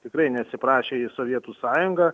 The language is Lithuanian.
tikrai nesiprašė į sovietų sąjungą